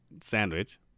sandwich